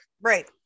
Right